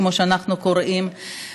כמו שאנחנו קוראים,